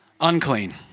unclean